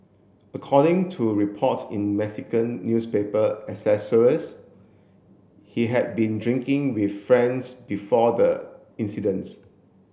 according to reports in Mexican newspaper he had been drinking with friends before the incidents